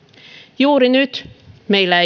juuri nyt meillä